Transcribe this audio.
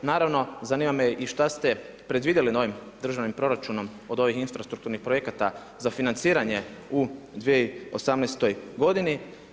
Naravno zanima me i što ste predvidjeli ovim državnim proračunom od ovih infrastrukturnih projekata za financiranje u 2018. godini.